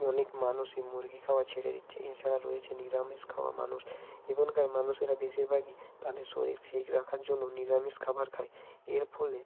অনেক মানুষই মুরগি খাওয়া ছেড়ে দিচ্ছে এ ছাড়া রয়েছে নিরামিষ খাওয়া মানুষ এখনকার মানুষেরা বেশিরভাগই তাদের শরীর ঠিক রাখার জন্য নিরামিষ খাবার খায় এর ফলে